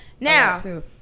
Now